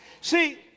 See